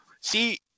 see